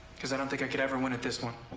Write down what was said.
cause i don't think i could ever win at this one.